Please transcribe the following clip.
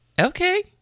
Okay